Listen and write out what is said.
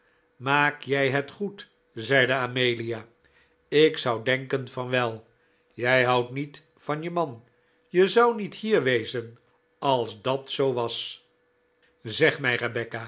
maak jij het goed zeide amelia ik zou denken van wel jij houdt niet van je man je zou niet hier wezen als dat zoo was zeg mij